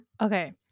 Okay